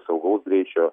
saugaus greičio